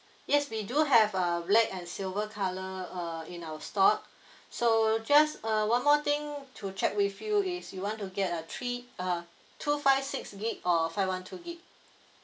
yes we do have uh black and silver colour uh in our stock so just uh one more thing to check with you is you want to get a three uh two five six G_B or five one two G_B